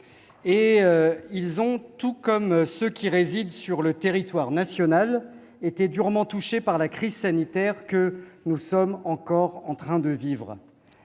du coeur. Tout comme ceux qui résident sur le territoire national, ils ont été durement touchés par la crise sanitaire que nous sommes encore en train de vivre.